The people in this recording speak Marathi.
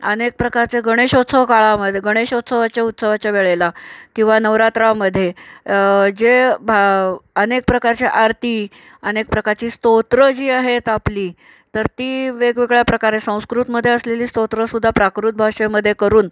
अनेक प्रकारचे गणेशोत्सव काळामधे गणेशोत्सवाच्या उत्सवाच्या वेळेला किंवा नवरात्रामध्ये जे भा अनेक प्रकारच्या आरती अनेक प्रकारची स्तोत्र जी आहेत आपली तर ती वेगवेगळ्या प्रकारे संस्कृतमध्ये असलेली स्तोत्रसुद्धा प्राकृत भाषेमध्ये करून